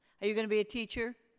are you gonna be a teacher?